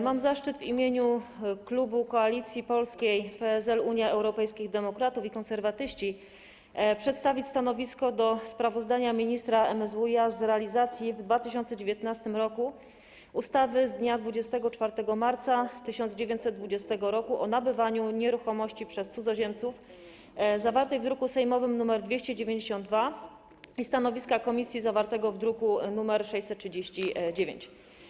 Mam zaszczyt w imieniu klubu Koalicji Polskiej - PSL - Unia Europejskich Demokratów i Konserwatyści przedstawić stanowisko wobec sprawozdania MSWiA z realizacji w 2019 r. ustawy z dnia 24 marca 1920 r. o nabywaniu nieruchomości przez cudzoziemców zawartej w druku sejmowym nr 292 oraz stanowiska komisji zawartego w druku nr 639.